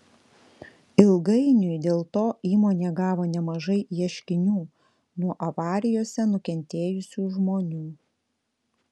ilgainiui dėl to įmonė gavo nemažai ieškinių nuo avarijose nukentėjusių žmonių